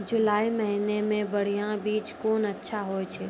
जुलाई महीने मे बढ़िया बीज कौन अच्छा होय छै?